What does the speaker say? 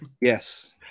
Yes